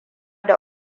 da